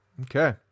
Okay